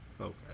Okay